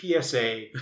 PSA